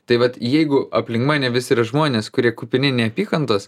tai vat jeigu aplink mane visi yra žmonės kurie kupini neapykantos